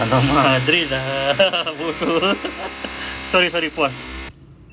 !alamak! drill ah buto sorry sorry pause